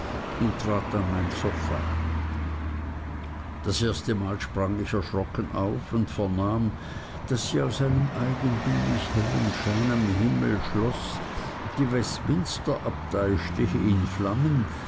und trat an mein sofa das erste mal sprang ich erschrocken auf und vernahm daß sie aus einem eigentümlich hellen schein am himmel schloß die westminster abtei stehe in flammen